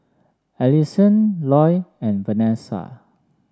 Alyson Loy and Vanessa